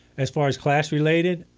as far as class related,